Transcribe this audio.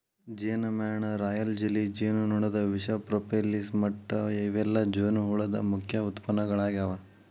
ಜೇನಮ್ಯಾಣ, royal jelly, ಜೇನುನೊಣದ ವಿಷ, propolis ಮಟ್ಟ ಇವೆಲ್ಲ ಜೇನುಹುಳದ ಮುಖ್ಯ ಉತ್ಪನ್ನಗಳಾಗ್ಯಾವ